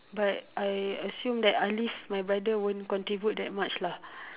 but I assume that Alif my brother won't contribute that much lah